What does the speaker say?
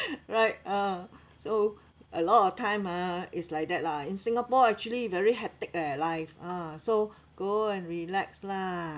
right ah so a lot of time ah is like that lah in singapore actually very hectic eh life ah so go and relax lah